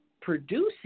producing